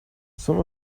some